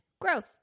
gross